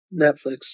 Netflix